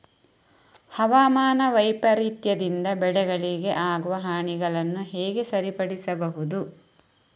ಹವಾಮಾನ ವೈಪರೀತ್ಯದಿಂದ ಬೆಳೆಗಳಿಗೆ ಆಗುವ ಹಾನಿಗಳನ್ನು ಹೇಗೆ ಸರಿಪಡಿಸಬಹುದು?